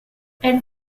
elle